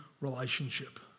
relationship